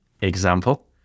example